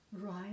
right